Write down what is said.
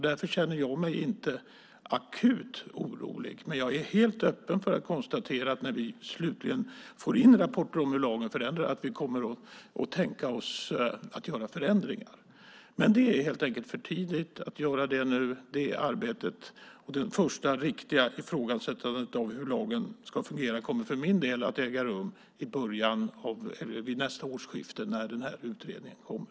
Därför känner jag mig inte akut orolig. Jag är helt öppen för att konstatera att vi kommer att tänka oss att göra förändringar när vi slutligen får in rapporter om hur lagen förändras. Men det är helt enkelt för tidigt att göra det arbetet nu. Det första riktiga ifrågasättandet av hur lagen ska fungera kommer för min del att äga rum vid nästa årsskifte, när utredningen kommer.